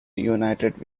reunited